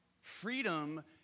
Freedom